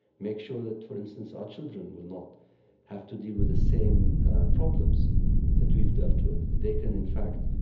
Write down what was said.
make sure that, for instance, our children will not have to deal with the same problems that we've dealt with, that they can, in fact,